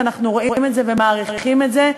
ואנחנו רואים את זה ומעריכים את זה,